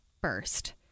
first